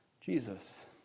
Jesus